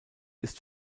ist